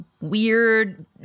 weird